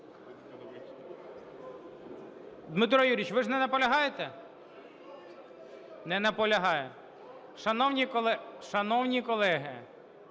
Дмитро Юрійович, ви ж не наполягаєте? Не наполягає. Шановні колеги,